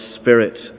Spirit